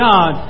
God